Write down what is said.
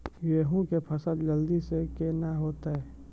गेहूँ के फसल जल्दी से के ना होते?